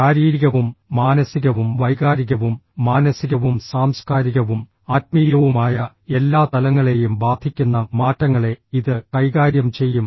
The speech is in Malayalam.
ശാരീരികവും മാനസികവും വൈകാരികവും മാനസികവും സാംസ്കാരികവും ആത്മീയവുമായ എല്ലാ തലങ്ങളെയും ബാധിക്കുന്ന മാറ്റങ്ങളെ ഇത് കൈകാര്യം ചെയ്യും